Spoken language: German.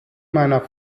meiner